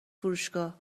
فروشگاه